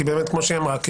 כי באמת כמו שהיא אמרה,